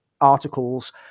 articles